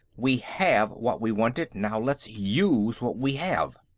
we have what we wanted now let's use what we have.